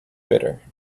bitter